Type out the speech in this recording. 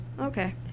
Okay